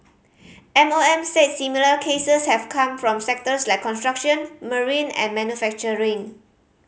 M O M said similar cases have come from sectors like construction marine and manufacturing